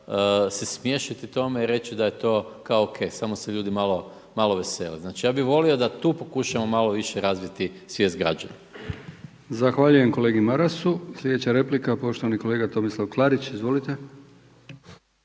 se smiješiti tome i reći da je to kao OK, samo se ljudi malo vesele. Znači, ja bih volio da tu pokušamo malo više razviti svijet građana. **Brkić, Milijan (HDZ)** Zahvaljujem kolegi Marasu. Slijedeća replika, poštovani kolega Tomislav Klarić. Izvolite.